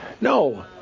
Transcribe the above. no